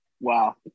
Wow